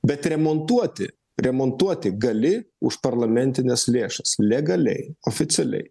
bet remontuoti remontuoti gali už parlamentines lėšas legaliai oficialiai